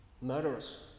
murderers